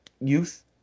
youth